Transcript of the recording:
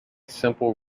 simple